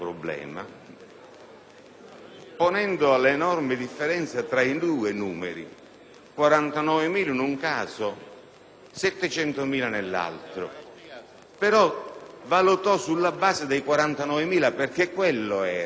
ponendo l'enorme differenza tra i due numeri (49.000 in un caso, 700.000 nell'altro), però ha valutato sulla base dei 49.000, perché quella era